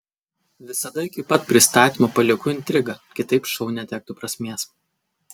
visada iki pat pristatymo palieku intrigą kitaip šou netektų prasmės